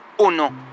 Uno